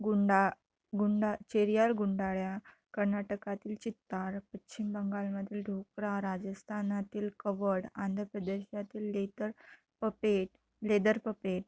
गुंडा गुंडा चेरियाल गुंडाळ्या कर्नाटकातील चित्तार पश्चिम बंगालमधील ढोकरा राजस्थनातील कवड आंध्र प्रदेशातील लेतर पपेट लेदर पपेट